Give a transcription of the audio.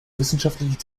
wissenschaftliche